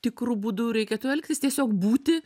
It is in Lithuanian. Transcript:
tikru būdu reikėtų elgtis tiesiog būti